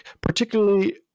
particularly